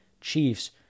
Chiefs